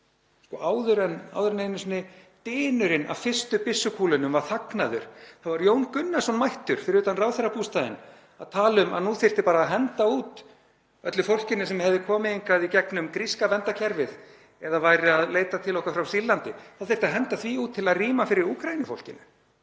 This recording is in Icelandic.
— áður en dynurinn af fyrstu byssukúlum var einu sinni þagnaður var Jón Gunnarsson mættur fyrir utan ráðherrabústaðinn að tala um að nú þyrfti að henda út öllu fólkinu sem hefði komið hingað í gegnum gríska verndarkerfið ef það væri að leita til okkar frá Sýrlandi, því þyrfti að henda út til að rýma fyrir Úkraínufólkinu.